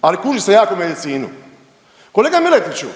ali kuži se jako u medicinu. Kolega Miletiću